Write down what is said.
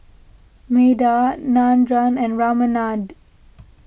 Medha Nandan and Ramanand